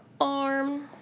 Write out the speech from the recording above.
arm